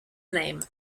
name